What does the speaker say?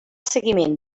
seguiment